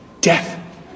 death